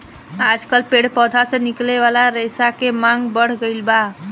आजकल पेड़ पौधा से निकले वाला रेशा के मांग बढ़ गईल बा